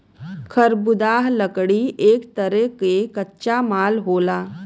खरबुदाह लकड़ी एक तरे क कच्चा माल होला